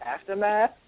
aftermath